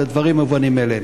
אלה דברים מובנים מאליהם.